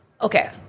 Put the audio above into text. Okay